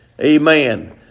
Amen